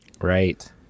Right